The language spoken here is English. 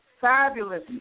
fabulous